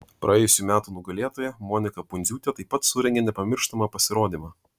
praėjusių metų nugalėtoja monika pundziūtė taip pat surengė nepamirštamą pasirodymą